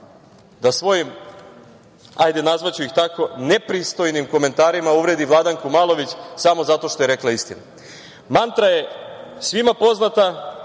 da svojim, hajde nazvaću ih tako, nepristojnim komentarima uvredi Vladanku Malović samo zato što je rekla istinu. Mantra je svima poznata